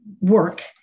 work